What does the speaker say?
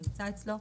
הנמצא אצלו,